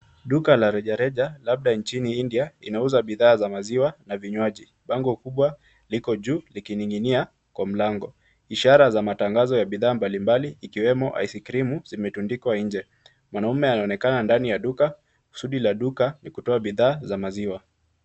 Duka la rejareja labda nchini India, linauza bidhaa za maziwa na vinywaji. Bango kubwa liko juu likining’inia kwa mlango. Ishara za matangazo ya bidhaa mbalimbali ikiwemo ice krimu zimetundikwa nje. Mwanaume anaonekana ndani ya duka. Kusudi la duka ni kutoa bidhaa za maziwa.